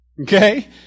Okay